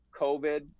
COVID